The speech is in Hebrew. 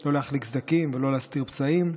לא להחליק סדקים ולא להסתיר פצעים,